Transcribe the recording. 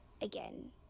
again